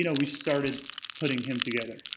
you know we started putting him together,